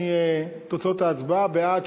תוצאות ההצבעה: בעד,